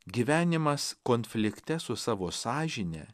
gyvenimas konflikte su savo sąžine